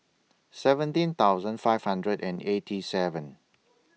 seventeen thousand five hundred and eighty seven